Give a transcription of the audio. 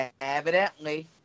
Evidently